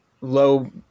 low